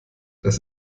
das